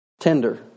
tender